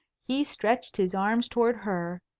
he stretched his arms towards her,